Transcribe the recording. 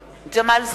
(קוראת בשמות חברי הכנסת) ג'מאל זחאלקה,